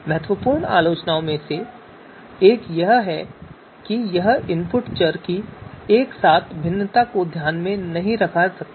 महत्वपूर्ण आलोचनाओं में से एक यह है कि यह इनपुट चर की एक साथ भिन्नता को ध्यान में नहीं रखता है